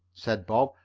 said bob.